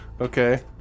Okay